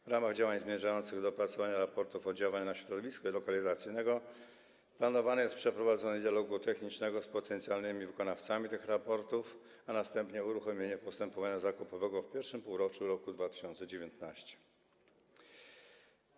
W ramach działań zmierzających do opracowania raportu o oddziaływaniu na środowisko i raportu lokalizacyjnego planowane jest przeprowadzenie dialogu technicznego z potencjalnymi wykonawcami tych raportów, a następnie uruchomienie postępowania zakupowego w pierwszym półroczu 2019 r.